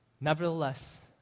Nevertheless